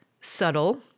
subtle